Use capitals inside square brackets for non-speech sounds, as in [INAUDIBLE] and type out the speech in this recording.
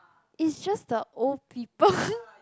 it's just the old people [LAUGHS]